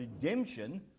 redemption